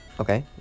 okay